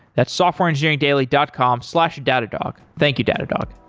that's softwareengineeringdaily dot com slash datadog. thank you, datadog